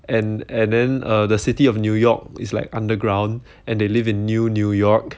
and and then err the city of New York it's like underground and they live in New New York